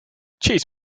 cheers